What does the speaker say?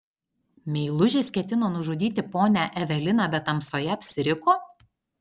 meilužis ketino nužudyti ponią eveliną bet tamsoje apsiriko